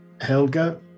Helga